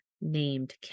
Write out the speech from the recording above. named